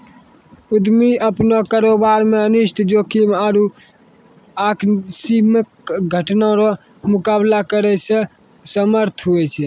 उद्यमी अपनो कारोबार मे अनिष्ट जोखिम आरु आकस्मिक घटना रो मुकाबला करै मे समर्थ हुवै छै